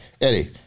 Eddie